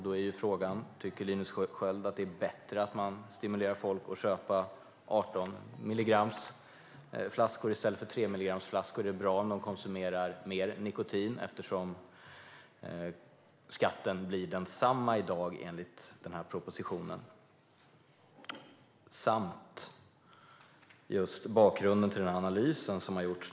Då är frågan: Tycker Linus Sköld att det är bättre att man stimulerar folk att köpa flaskor som innehåller 18 milligram i stället för flaskor som innehåller 3 milligram? Är det bra om man konsumerar mer nikotin eftersom skatten blir densamma enligt propositionen? Sedan undrar jag över bakgrunden till den analys som har gjorts.